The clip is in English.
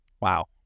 Wow